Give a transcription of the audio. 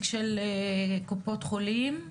הלאומי, בבקשה.